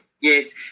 yes